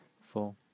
four